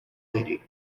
lady